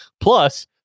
plus